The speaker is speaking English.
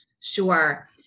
Sure